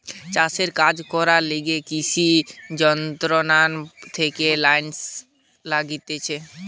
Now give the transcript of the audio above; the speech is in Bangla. চাষের কাজ করার লিগে কৃষি মন্ত্রণালয় থেকে লাইসেন্স লাগতিছে